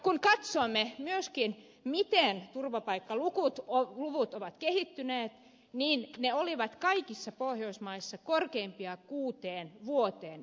kun katsomme myöskin miten turvapaikkaluvut ovat kehittyneet niin ne olivat kaikissa pohjoismaissa viime vuonna korkeimpia kuuteen vuoteen